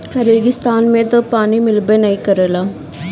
रेगिस्तान में तअ पानी मिलबे नाइ करेला